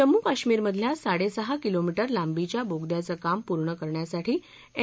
जम्मू काश्मीरमधल्या साडेसहा किलोमीटर लांबीच्या बोगद्याचं काम पूर्ण करण्यासाठी एन